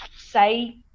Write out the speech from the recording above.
say